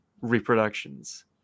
reproductions